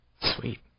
Sweet